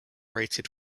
rated